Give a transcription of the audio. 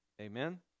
Amen